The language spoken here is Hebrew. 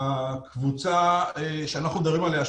הקבוצה שאנחנו מדברים עליה,